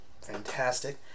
fantastic